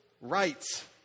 rights